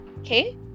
okay